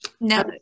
No